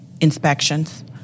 inspections